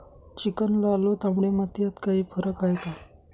Chicken, लाल व तांबडी माती यात काही फरक आहे का?